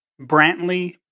Brantley